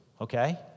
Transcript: okay